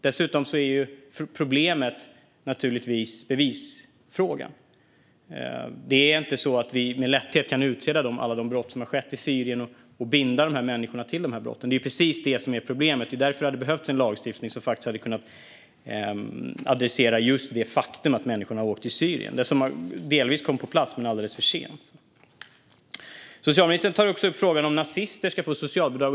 Dessutom är problemet naturligtvis bevisfrågan. Vi kan inte med lätthet utreda alla de brott som har skett i Syrien och binda dessa människor till dessa brott. Det är precis det som är problemet. Det är därför som det hade behövts en lagstiftning som faktiskt hade kunnat adressera just det faktum att dessa människor har åkt till Syrien. Det har delvis kommit på plats, men alldeles för sent. Socialministern tar också upp frågan om nazister ska få socialbidrag.